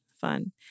Fun